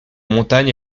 montagne